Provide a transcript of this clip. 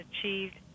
achieved